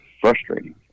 frustrating